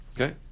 Okay